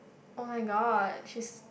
oh-my-god she